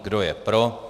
Kdo je pro?